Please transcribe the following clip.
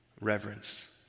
reverence